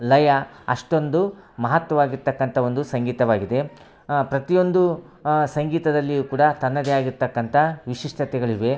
ಲಯ ಅಷ್ಟೊಂದು ಮಹತ್ವವಾಗಿರ್ತಕ್ಕಂಥ ಒಂದು ಸಂಗೀತವಾಗಿದೆ ಪ್ರತಿಯೊಂದು ಸಂಗೀತದಲ್ಲಿಯೂ ಕೂಡ ತನ್ನದೇ ಆಗಿರ್ತಕ್ಕಂಥ ವಿಶಿಷ್ಟತೆಗಳಿವೆ